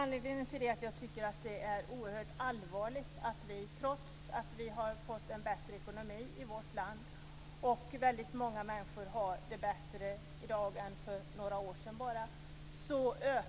Anledningen till det är att jag tycker att det är oerhört allvarligt att antalet hemlösa ökar, trots att vi har fått en bättre ekonomi i vårt land och väldigt många människor har det bättre i dag än för bara några år sedan.